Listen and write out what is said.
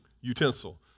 utensil